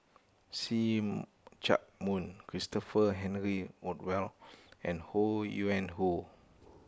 See Chak Mun Christopher Henry Rothwell and Ho Yuen Hoe